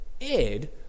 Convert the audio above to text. Ed